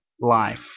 life